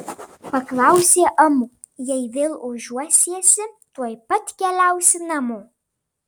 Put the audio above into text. paklausė amu jei vėl ožiuosiesi tuoj pat keliausi namo